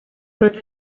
roedd